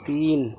تین